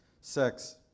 sex